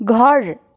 घर